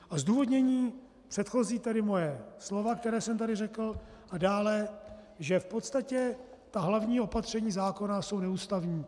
A zdůvodnění, předchozí tedy moje slova, která jsem řekl, a dále, že v podstatě ta hlavní opatření zákona jsou neústavní.